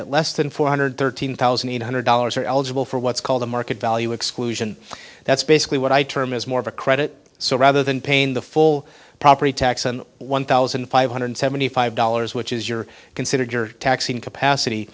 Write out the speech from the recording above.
at less than four hundred thirteen thousand eight hundred dollars are eligible for what's called a market value exclusion that's basically what i term as more of a credit so rather than paying the full property tax on one thousand five hundred seventy five dollars which is your considered taxing capacity